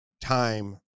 time